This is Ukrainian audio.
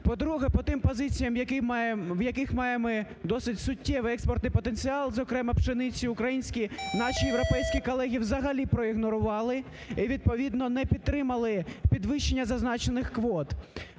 По-друге, по тим позиціям, які маємо... в яких маємо досить суттєвий експортний потенціал, зокрема, пшеницю, українські… наші європейські колеги взагалі проігнорували і відповідно не підтримали підвищення зазначених квот.